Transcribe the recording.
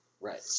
Right